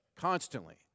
constantly